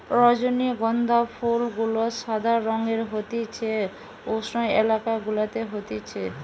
রজনীগন্ধা ফুল গুলা সাদা রঙের হতিছে উষ্ণ এলাকা গুলাতে হতিছে